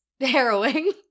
harrowing